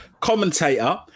commentator